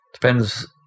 Depends